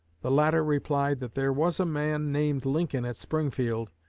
the latter replied that there was a man named lincoln at springfield,